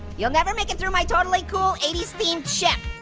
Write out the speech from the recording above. you'll never make it through my totally cool eighty s themed ship.